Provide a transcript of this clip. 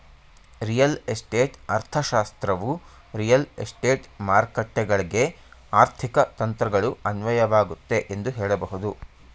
real estate ಅರ್ಥಶಾಸ್ತ್ರವು real estate ಮಾರುಕಟ್ಟೆಗಳ್ಗೆ ಆರ್ಥಿಕ ತಂತ್ರಗಳು ಅನ್ವಯವಾಗುತ್ತೆ ಎಂದು ಹೇಳಬಹುದು